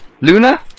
Luna